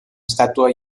estàtua